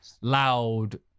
loud